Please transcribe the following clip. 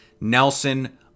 Nelson